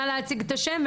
נא להציג את השם,